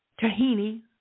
Tahini